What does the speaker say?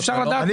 אני